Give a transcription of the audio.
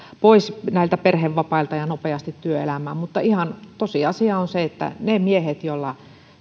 näiltä perhevapailta pois ja nopeasti työelämään mutta ihan tosiasia on se että työllisyysaste niillä miehillä joilla